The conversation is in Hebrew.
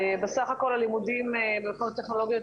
בסך הכול הלימודים במכללות הטכנולוגיות,